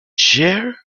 chair